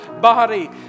body